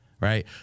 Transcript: right